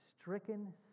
Stricken